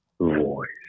voice